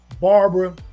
barbara